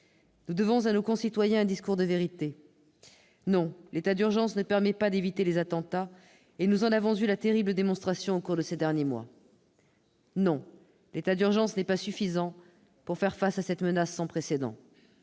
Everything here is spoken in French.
Nous devons à nos concitoyens un discours de vérité : non, l'état d'urgence ne permet pas d'éviter les attentats et nous en avons eu la terrible démonstration au cours de ces derniers mois. Non, l'état d'urgence n'est pas suffisant pour faire face à cette menace sans précédent.